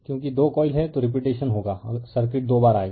क्योंकि 2 कॉइल हैं तो रिपीटेशन होगा सर्किट दो बार आएगा